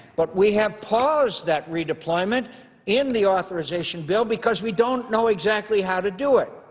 but we have paused that redeployment in the authorization bill because we don't know exactly how to do it.